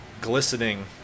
glistening